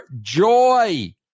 joy